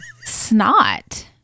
snot